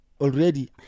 already